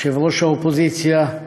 יושב-ראש האופוזיציה,